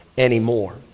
anymore